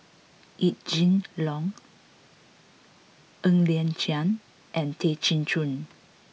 Yee Jenn Jong Ng Liang Chiang and Tay Chin Joo